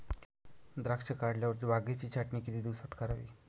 द्राक्षे काढल्यावर बागेची छाटणी किती दिवसात करावी?